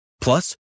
Plus